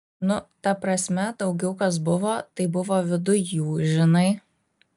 nu ta prasme daugiau kas buvo tai buvo viduj jų žinai